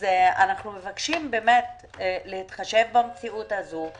אנחנו מבקשים להתחשב במציאות הזו.